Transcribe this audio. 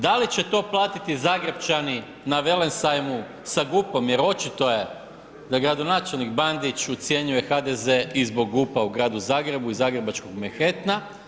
Da li će to platiti Zagrepčani na velesajmu sa GUP-om jer očito je da gradonačelnik Bandić ucjenjuje HDZ i zbog GUP-a u Gradu Zagrebu i zagrebačkog Manhattana.